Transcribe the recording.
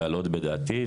להעלות בדעתי,